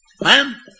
Man